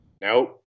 Nope